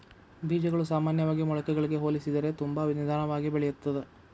ಬೇಜಗಳು ಸಾಮಾನ್ಯವಾಗಿ ಮೊಳಕೆಗಳಿಗೆ ಹೋಲಿಸಿದರೆ ತುಂಬಾ ನಿಧಾನವಾಗಿ ಬೆಳಿತ್ತದ